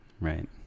Right